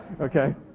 Okay